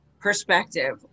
perspective